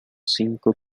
cinco